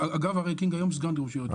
אגב, אריה קינג היום סגן ראש עיריית ירושלים.